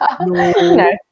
No